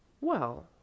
Well